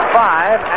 five